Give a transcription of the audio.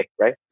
Right